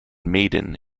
maiden